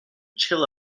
chill